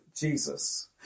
Jesus